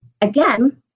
again